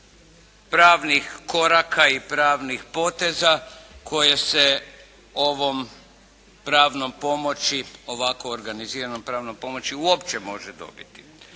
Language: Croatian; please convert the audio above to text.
pravnih koraka i pravnih poteza koje se ovom pravnom pomoći, ovako organiziranom pravnom pomoći uopće može dobiti.